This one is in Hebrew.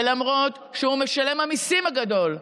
ולמרות שהוא משלם המיסים הגדול,